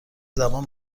زبان